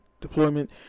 deployment